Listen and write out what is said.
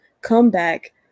comeback